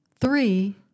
Three